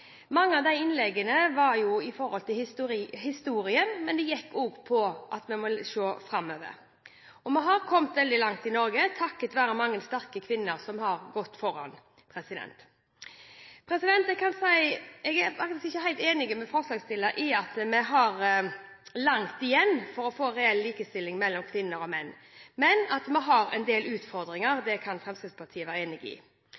Mange av de innleggene gjaldt historien, men det gikk også på at vi må se framover. Vi har kommet veldig langt i Norge, takket være mange sterke kvinner som har gått foran. Jeg er ikke helt enig med forslagsstilleren at vi har langt igjen for å få en reell likestilling mellom kvinner og menn, men at vi har en del utfordringer, kan Fremskrittspartiet være enig i.